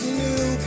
new